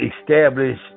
establish